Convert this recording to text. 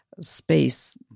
Space